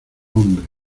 hombre